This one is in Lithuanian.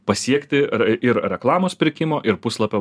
pasiekti ir reklamos pirkimo ir puslapio